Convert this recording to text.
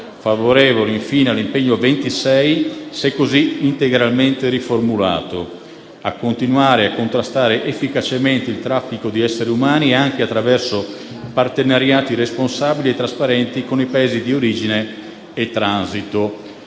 favorevole, infine, sull'impegno 26, se così integralmente riformulato: «a continuare a contrastare efficacemente il traffico di esseri umani, anche attraverso partenariati responsabili e trasparenti con i Paesi di origine e transito».